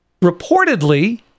Reportedly